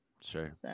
Sure